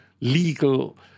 legal